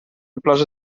plaży